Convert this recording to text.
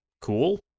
cool